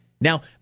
Now